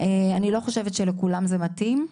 אני לא חושבת שלכולם זה מתאים.